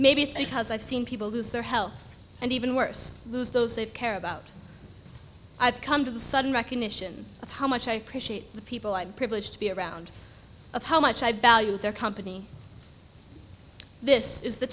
maybe it's because i've seen people lose their health and even worse lose those they care about i've come to the sudden recognition of how much i appreciate the people i'm privileged to be around of how much i value their company this is the